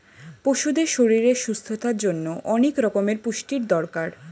পশুদের শরীরের সুস্থতার জন্যে অনেক রকমের পুষ্টির দরকার